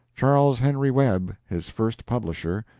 charles henry webb, his first publisher,